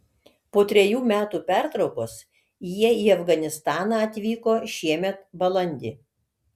po trejų metų pertraukos jie į afganistaną atvyko šiemet balandį